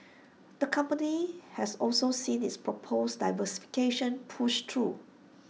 the company has also seen its proposed diversification pushed through